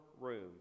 room